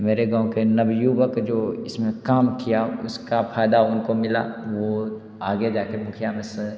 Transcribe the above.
मेरे गाँव के नव युवक जो इसमें काम किया उसका फायदा उनको मिला वो आगे जा के मुखिया में